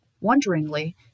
Wonderingly